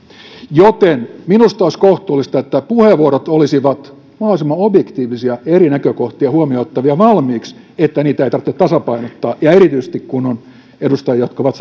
joten minusta olisi kohtuullista että puheenvuorot olisivat mahdollisimman objektiivisia ja eri näkökohtia huomioon ottavia valmiiksi että niitä ei tarvitse tasapainottaa erityisesti kun on edustajia jotka ovat